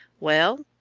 well?